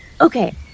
Okay